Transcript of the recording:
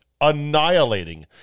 annihilating